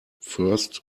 first